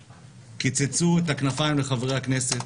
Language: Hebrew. קיצצו את הכנפיים לחברי הכנסת,